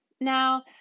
Now